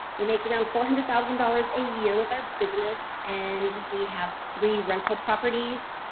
we make around four hundred thousand dollars a year with our business and we have three rental properties.